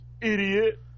idiot